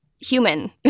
human